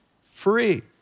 free